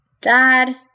Dad